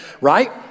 right